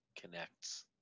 connects